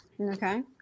Okay